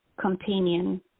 companion